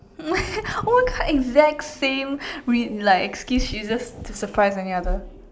oh it's exact same rea~ like excuse she uses to surprise any other